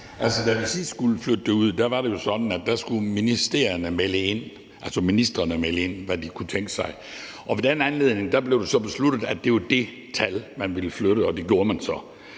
at ministerierne, altså ministrene, skulle melde ind, hvad de kunne tænke sig. Ved den anledning blev det så besluttet, at det var det antal, man ville flytte, og det gjorde man så.